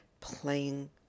Playing